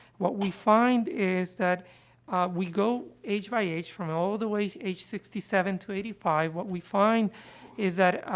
what we find is that, ah we go, age by age, from all the way age sixty seven to eighty five, what we find is that,